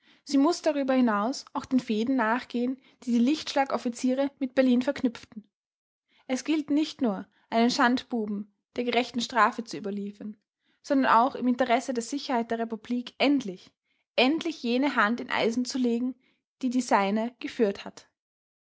sie muß darüber hinaus auch den fäden nachgehen die die lichtschlag-offiziere mit berlin verknüpften es gilt nicht nur einen schandbuben der gerechten strafe zu überliefern sondern auch im interesse der sicherheit der republik endlich endlich jene hand in eisen zu legen die die seine geführt hat